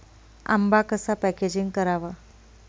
आंबा कसा पॅकेजिंग करावा?